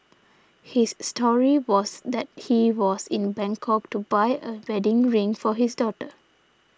his story was that he was in Bangkok to buy a wedding ring for his daughter